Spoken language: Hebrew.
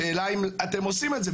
השאלה היא אם אתם עושים את זה,